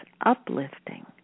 uplifting